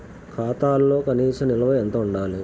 ఖాతాలో కనీస నిల్వ ఎంత ఉండాలి?